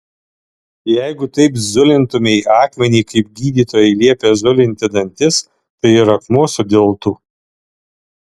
jeigu taip zulintumei akmenį kaip gydytojai liepia zulinti dantis tai ir akmuo sudiltų